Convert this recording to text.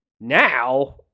Now